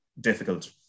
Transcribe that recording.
difficult